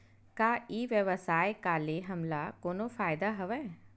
का ई व्यवसाय का ले हमला कोनो फ़ायदा हवय?